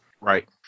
Right